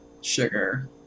Sugar